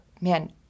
man